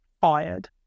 fired